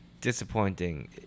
disappointing